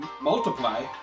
Multiply